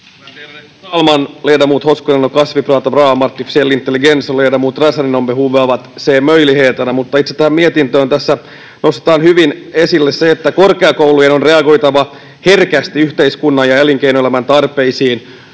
talman! Ledamöterna Hoskonen och Kasvi pratade bra om artificiell intelligens och ledamot Räsänen om behovet av att se möjligheterna. Mutta itse tähän mietintöön: Tässä nostetaan hyvin esille se, että korkeakoulujen on reagoitava herkästi yhteiskunnan ja elinkeinoelämän tarpeisiin.